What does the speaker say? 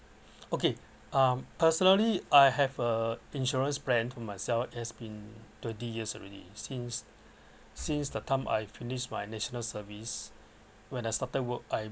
okay um personally I have a insurance plan to myself it has been twenty years already since since the time I finished my national service when I started work I